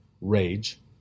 rage